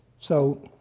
so